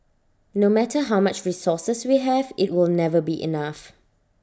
no matter how much resources we have IT will never be enough